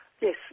yes